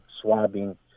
swabbing